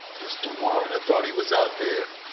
mr. warren. i thought he was out there.